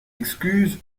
excuse